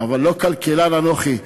אבל לא כלכלן אנוכי,